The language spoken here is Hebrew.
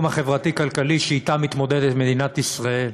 החברתי-כלכלי שאתן מתמודדת מדינת ישראל.